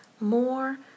more